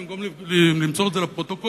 במקום למסור את זה לפרוטוקול,